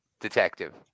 detective